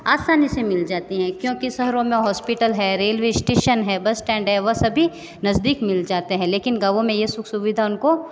आसानी से मिल जाती हैं क्योंकि शहरों में हॉस्पिटल है रेलवे स्टेशन है बस स्टैंड है वह सभी नज़दीक मिल जाते हैं लेकिन गाँवों में यह सुख सुविधा उनको